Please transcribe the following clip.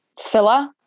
filler